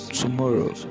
tomorrow